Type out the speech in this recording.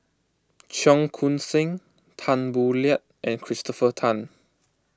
Cheong Koon Seng Tan Boo Liat and Christopher Tan